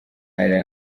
ari